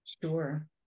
Sure